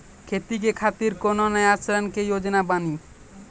खेती के खातिर कोनो नया ऋण के योजना बानी?